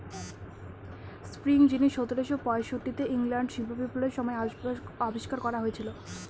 spinning jenny সতেরোশো পয়ষট্টিতে ইংল্যান্ডে শিল্প বিপ্লবের সময় আবিষ্কার করা হয়েছিল